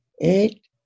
eight